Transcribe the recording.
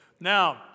now